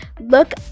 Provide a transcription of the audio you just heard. look